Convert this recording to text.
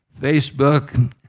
Facebook